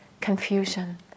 Confusion